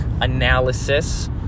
analysis